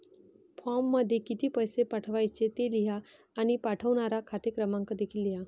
फॉर्ममध्ये किती पैसे पाठवायचे ते लिहा आणि पाठवणारा खाते क्रमांक देखील लिहा